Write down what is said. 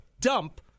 dump